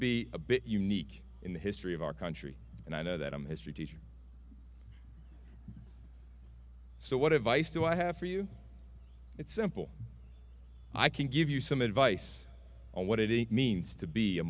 be a bit unique in the history of our country and i know that i'm a history teacher so what advice do i have for you it's simple i can give you some advice on what it means to be a